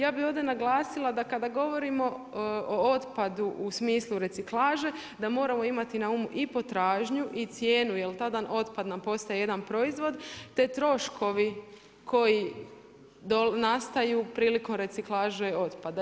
Ja bi ovdje naglasila da kada govorimo o otpadu u smislu reciklaže da moramo imati na umu i potražnju i cijenu jel tada nam otpad postaje jedan proizvod te troškovi koji nastaju prilikom reciklaže otpada.